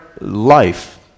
life